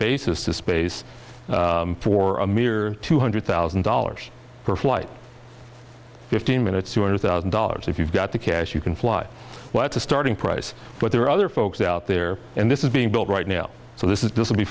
basis to space for a mere two hundred thousand dollars per flight fifteen minutes two hundred thousand dollars if you've got the cash you can fly what's a starting price but there are other folks out there and this is being built right now so this is